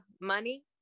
money